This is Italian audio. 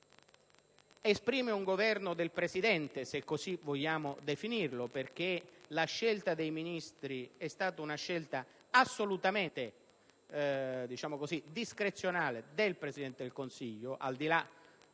un Governo del Presidente - se così vogliamo definirlo - poiché la scelta dei Ministri è stata una scelta assolutamente discrezionale del Presidente del Consiglio, al di là